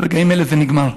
ברגעים אלה זה נגמר.